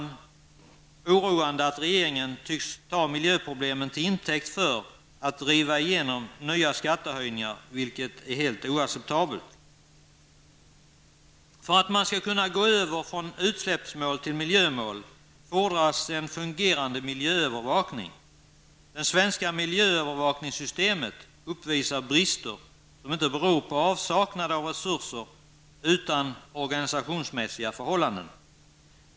Det är oroande att regeringen tycks ta miljöproblemen till intäkt för att driva igenom nya skattehöjningar, vilket är helt oacceptabelt. För att man skall kunna gå över från utsläppsmål till miljömål fordras en fungerande miljöövervakning. Det svenska miljöövervakningssystemet uppvisar brister som inte beror på avsaknad av resurser utan på organisationsmässiga förhållanden.